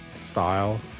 style